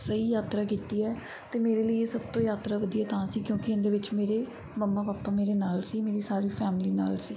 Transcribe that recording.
ਸਹੀ ਯਾਤਰਾ ਕੀਤੀ ਹੈ ਅਤੇ ਮੇਰੇ ਲਈ ਇਹ ਸਭ ਤੋਂ ਯਾਤਰਾ ਵਧੀਆ ਤਾਂ ਸੀ ਕਿਉਂਕਿ ਇਹਦੇ ਵਿੱਚ ਮੇਰੇ ਮੱਮਾ ਪਾਪਾ ਮੇਰੇ ਨਾਲ ਸੀ ਮੇਰੀ ਸਾਰੀ ਫੈਮਿਲੀ ਨਾਲ ਸੀ